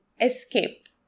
Escape